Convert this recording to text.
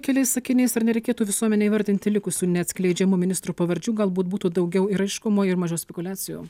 keliais sakiniais ar nereikėtų visuomenei įvardinti likusių neatskleidžiamų ministrų pavardžių galbūt būtų daugiau ir aiškumo ir mažiau spekuliacijų